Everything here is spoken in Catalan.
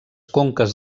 conques